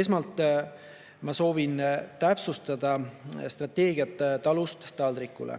Esmalt, ma soovin täpsustada strateegiat "Talust taldrikule".